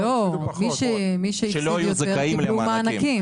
לא, מי שהפסיד יותר, קיבל מענקים.